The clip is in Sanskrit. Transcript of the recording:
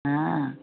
हा